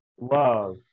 love